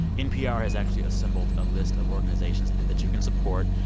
npr has actually assembled a list of organizations that that you can support.